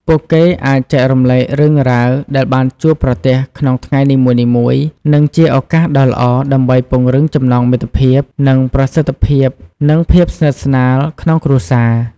ពួកគេអាចចែករំលែករឿងរ៉ាវដែលបានជួបប្រទះក្នុងថ្ងៃនីមួយៗ និងជាឱកាសដ៏ល្អដើម្បីពង្រឹងចំណងមិត្តភាព និងភាពស្និទ្ធស្នាលក្នុងគ្រួសារ។